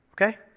Okay